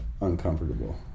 uncomfortable